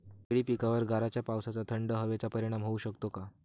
केळी पिकावर गाराच्या पावसाचा, थंड हवेचा परिणाम होऊ शकतो का?